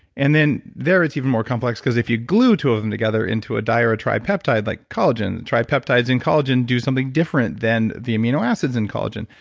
and then, there it's even more complex because if you glue two of them together into a di or tripeptide like collagen. tripeptides and collagen and do something different, than the amino acids and collagen.